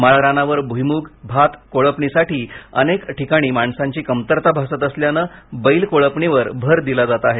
माळरानावर भूईमूग भात कोळपणीसाठी अनेक ठिकाणी माणसांची कमतरता भासत असल्यानं बैल कोळपणीवर भर दिला जात आहे